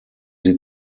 sie